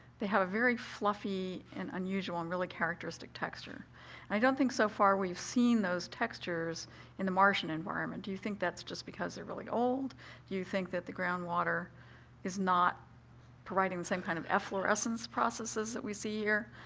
they have a very fluffy and unusual and really characteristic texture, and i don't think, so far, we've seen those textures in the martian environment. do you think that's just because they're really old? do you think that the groundwater is not providing the same kind of efflorescence processes that we see here?